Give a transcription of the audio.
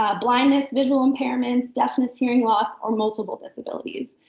ah blindness, visual impairments, deafness, hearing loss, or multiple disabilities.